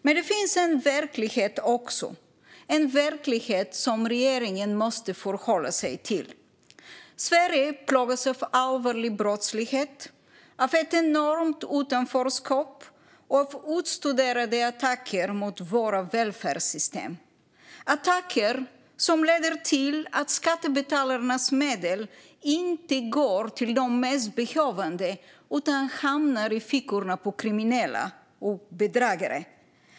Men det finns också en verklighet, och den måste regeringen förhålla sig till. Sverige plågas av allvarlig brottslighet, ett enormt utanförskap och utstuderade attacker mot våra välfärdssystem. Dessa attacker leder till att skattebetalarnas medel inte går till de mest behövande utan hamnar i fickorna på kriminella och bedragare.